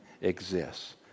exists